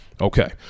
okay